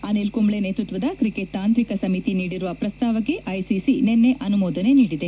ಅನಿಲ್ ಕುಂಬೈ ನೇತ್ಪತ್ತದ ಕ್ರಿಕೆಟ್ ತಾಂತ್ರಿಕ ಸಮಿತಿ ನೀಡಿರುವ ಪ್ರಸ್ತಾವಕ್ಕೆ ಐಸಿಸಿ ನಿನ್ನೆ ಅನುಮೋದನೆ ನೀಡಿದೆ